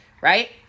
Right